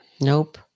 nope